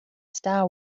star